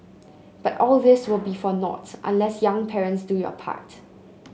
but all this will be for nought unless young parents do your part